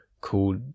called